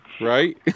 Right